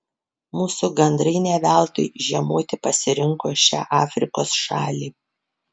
mūsų gandrai ne veltui žiemoti pasirinko šią afrikos šalį